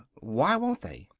why won't they?